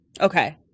Okay